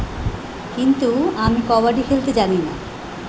কিন্তু আমি কবাডি খেলতে জানি না